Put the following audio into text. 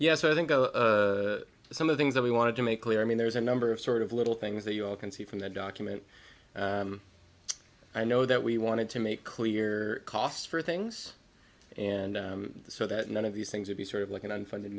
yes i think some of things that we wanted to make clear i mean there's a number of sort of little things that you all can see from the document i know that we wanted to make clear costs for things and so that none of these things would be sort of like an unfunded